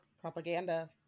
propaganda